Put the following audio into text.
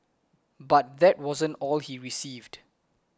but that wasn't all he received